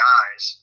eyes